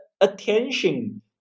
attention